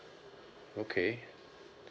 okay